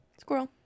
Squirrel